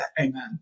Amen